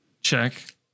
check